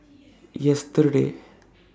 yesterday